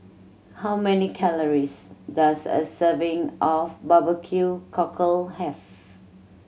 how many calories does a serving of barbecue cockle have